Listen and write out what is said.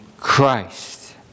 Christ